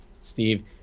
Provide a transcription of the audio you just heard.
steve